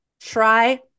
Try